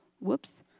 whoops